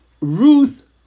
Ruth